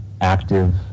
active